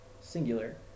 Singular